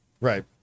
Right